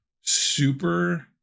super